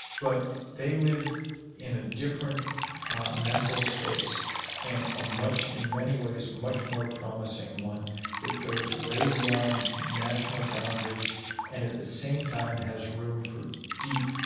but they live in a different mental space and, ah in many ways, much more promising one that goes way beyond national boundaries and at the same time has room for deep?